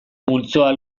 multzoa